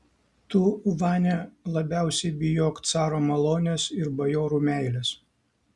tu vania labiausiai bijok caro malonės ir bajorų meilės